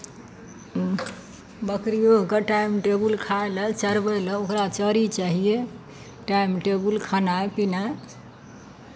बकरिओकेँ time table खाय लेल चरबै लेल ओकरा चरी चाहियै टाइम टेबुल खेनाइ पिनाइ